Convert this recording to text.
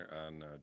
on